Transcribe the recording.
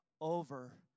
over